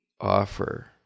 offer